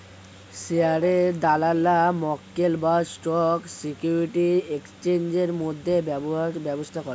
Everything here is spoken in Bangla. শেয়ারের দালালরা মক্কেল বা স্টক সিকিউরিটির এক্সচেঞ্জের মধ্যে ব্যবসা করে